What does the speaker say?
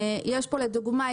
לדוגמה,